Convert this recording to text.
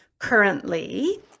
currently